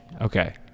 Okay